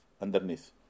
underneath